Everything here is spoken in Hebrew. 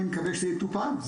אני מקווה שזה יטופל.